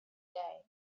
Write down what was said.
day